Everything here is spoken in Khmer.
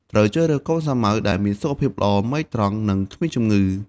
ត្រូវជ្រើសរើសកូនសាវម៉ាវដែលមានសុខភាពល្អ មែកត្រង់ និងគ្មានជំងឺ។